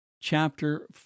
chapter